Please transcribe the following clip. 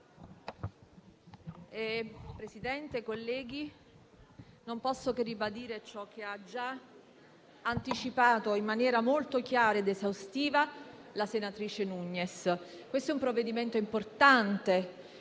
Presidente, onorevoli colleghi, non posso che ribadire ciò che ha già anticipato in maniera molto chiara ed esaustiva la senatrice Nugnes. Il provvedimento è importante e